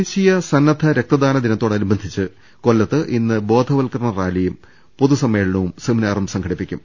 ദേശീയ സന്നദ്ധ രക്തദാന ദിനത്തോടനുബന്ധിച്ച് കൊല്ലത്ത് ഇന്ന് ബോധവത്കരണ റാലിയും പൊതു സമ്മേളനവും സെമിനാറും സംഘടിപ്പിക്കും